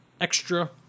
extra